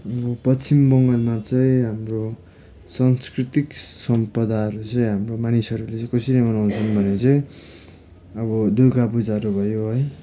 पश्चिम बङ्गालमा चाहिँ हाम्रो सांस्कृतिक सम्पदाहरू चाहिँ हाम्रो मानिसहरूले चाहिँ कसरी मनाउँछन् भने चाहिँ अब दुर्गापूजाहरू भयो है